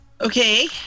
Okay